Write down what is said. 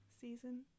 season